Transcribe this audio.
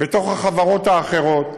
בחברות האחרות,